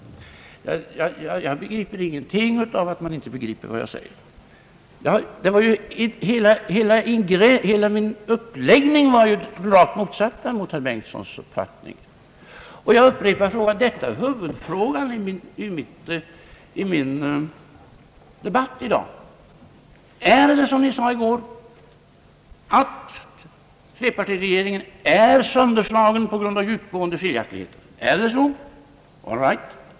Jag begriper ingenting utav att man inte begriper vad jag säger! Hela min uppläggning var ju den rakt motsatta mot herr Bengtsons uppfattning. Detta är huvudfrågan i min debatt i dag och jag upprepar den: Är det så, som ni sade i går, att trepartiregeringen är sönderslagen på grund av djupgående skiljaktigheter? All right, då är den Ang.